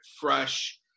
fresh